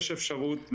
יש אפשרות להורים,